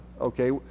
okay